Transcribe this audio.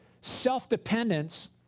self-dependence